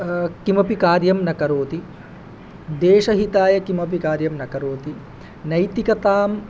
किमपि कार्यं न करोति देशहिताय किमपि कार्यं न करोति नैतिककथां